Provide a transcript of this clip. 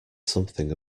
something